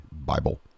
Bible